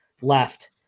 left